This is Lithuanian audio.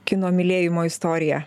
kino mylėjimo istoriją